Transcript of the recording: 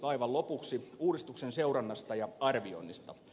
aivan lopuksi uudistuksen seurannasta ja arvioinnista